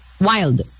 wild